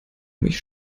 mich